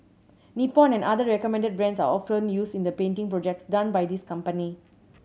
Nippon and other recommended brands are often used in the painting projects done by this company